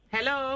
Hello